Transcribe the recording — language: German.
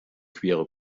quere